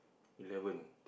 eleven